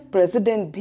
President